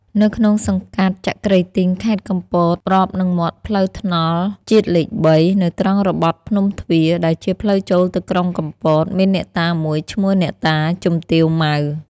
នៅក្នុងសង្កាត់ចក្រីទីង ខេត្តកំពត ប្របនឹងមាត់ផ្លូវថ្នល់ជាតិលេខ ៣ នៅត្រង់របត់ភ្នំទ្វារ ដែលជាផ្លូវចូលទៅក្រុងកំពត មានអ្នកតាមួយឈ្មោះអ្នកតា "ជំទាវ ម៉ៅ" ។